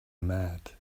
mad